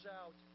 out